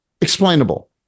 explainable